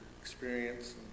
experience